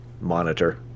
monitor